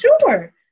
sure